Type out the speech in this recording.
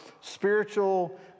spiritual